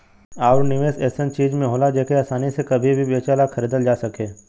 आउर निवेस ऐसन चीज में होला जेके आसानी से कभी भी बेचल या खरीदल जा सके